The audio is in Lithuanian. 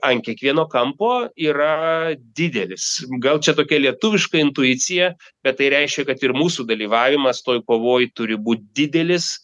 ant kiekvieno kampo yra didelis gal čia tokia lietuviška intuicija bet tai reiškia kad ir mūsų dalyvavimas toj kovoj turi būt didelis